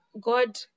God